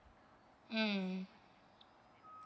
mm